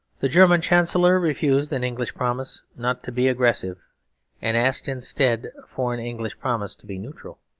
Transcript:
the german chancellor refused an english promise not to be aggressive and asked instead for an english promise to be neutral.